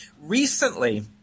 Recently